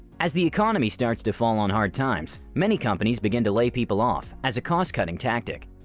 as the economy starts to fall on hard times many companies begin to lay people off as a cost cutting tactic.